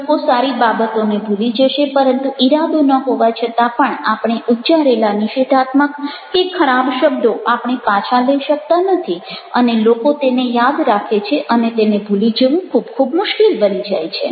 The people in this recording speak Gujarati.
લોકો સારી બાબતોને ભૂલી જશે પરંતુ ઇરાદો ન હોવા છતાં પણ આપણે ઉચ્ચારેલા નિષેધાત્મક કે ખરાબ શબ્દો આપણે પાછા લઈ શકતા નથી અને લોકો તેને યાદ રાખે છે અને તેને ભૂલી જવું ખૂબ ખૂબ મુશ્કેલ બની જાય છે